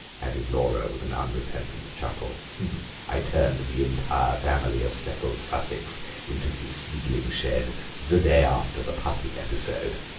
added laura with an unrepentant chuckle i turned the entire family of speckled sussex into his seedling shed the day after the puppy episode.